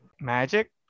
Magic